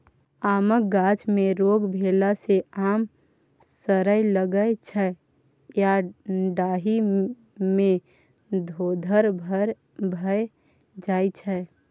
आमक गाछ मे रोग भेला सँ आम सरय लगै छै या डाढ़ि मे धोधर भए जाइ छै